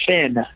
fin